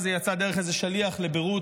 וזה יצא דרך איזה שליח לביירות,